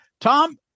Tom